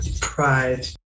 Pride